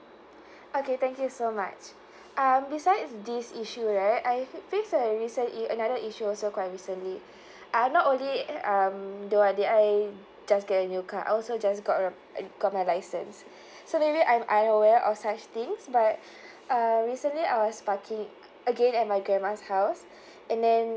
okay thank you so much um besides this issue right I fa~ faced like recently another issue also quite recently I'm not only um though that I just get a new car also just got uh got my license so maybe I'm unaware of such things but uh recently I was parking again at my grandma's house and then